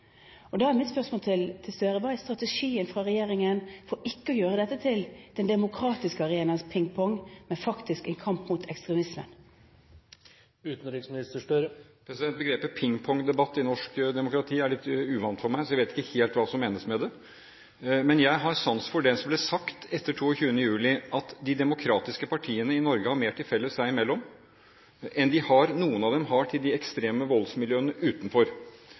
Da er mitt spørsmål til Gahr Støre: Hva er strategien fra regjeringen for ikke å gjøre dette til den demokratiske arenaens pingpong, men faktisk en kamp mot ekstremisme? Begrepet «pingpongdebatt» i norsk demokrati er litt uvant for meg, så jeg vet ikke helt hva som menes med det. Men jeg har sans for det som ble sagt etter 22. juli, at de demokratiske partiene i Norge har mer til felles seg imellom enn noen av dem har til de ekstreme voldsmiljøene utenfor.